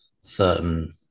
certain